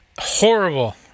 horrible